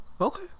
okay